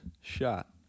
shot